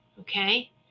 Okay